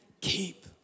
Keep